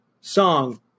song